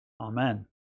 Amen